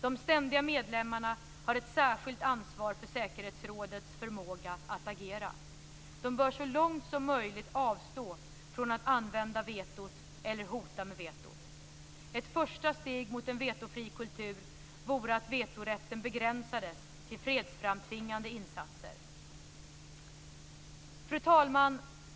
De ständiga medlemmarna har ett särskilt ansvar för säkerhetsrådets förmåga att agera. De bör så långt som möjligt avstå från att använda vetot eller hota med vetot. Ett första steg mot en vetofri kultur vore att vetorätten begränsades till fredsframtvingande insatser. Fru talman!